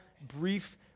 brief